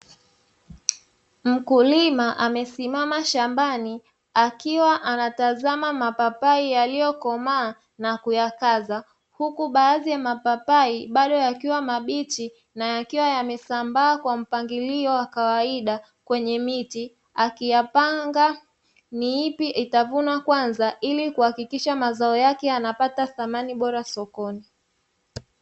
Mkulima amesimama shambani, akiwa anatazama mapapai yaliyokomaa na kuyakaza, huku baadhi ya mapapai bado yakiwa mabichi, na yakiwa yamesambaa kwa mpangilio wa kawaida kwenye miti, akiyapanga ni ipi itavunwa kwanza, ili kuhakikisha mazao yake anapata thamani bora sokoni.